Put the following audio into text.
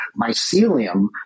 mycelium